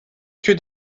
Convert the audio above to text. que